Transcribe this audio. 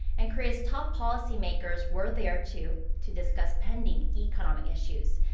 and korea's top policymakers were there too. to discuss pending economic issues.